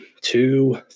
two